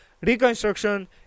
Reconstruction